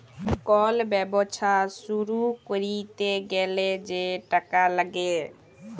call ব্যবছা শুরু ক্যইরতে গ্যালে যে টাকা ল্যাগে